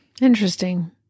Interesting